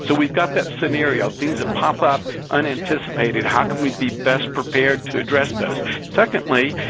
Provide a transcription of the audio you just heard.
so we've got that scenario. things that pop up unanticipated. how can we be best prepared to address those? secondly,